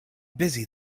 busy